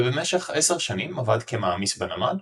ובמשך עשר שנים עבד כמעמיס בנמל,